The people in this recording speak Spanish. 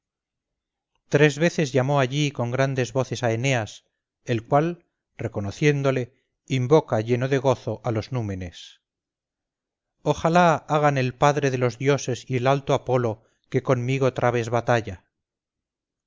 tres veces llamó allí con grandes voces a eneas el cual reconociéndole invoca lleno de gozo a los númenes ojalá hagan el padre de los dioses y el alto apolo que conmigo trabes batalla